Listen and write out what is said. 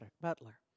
Butler